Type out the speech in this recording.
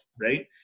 right